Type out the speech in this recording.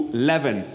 eleven